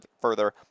further